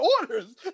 orders